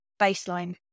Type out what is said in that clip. baseline